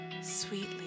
Sweetly